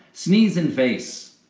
sneeze in face.